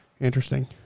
Interesting